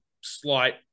slight